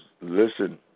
listen